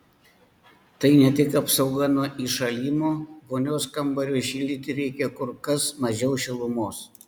tai ne tik apsauga nuo įšalimo vonios kambariui šildyti reikia kur kas mažiau šilumos